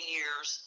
years